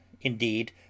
indeed